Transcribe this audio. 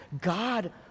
God